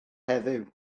heddiw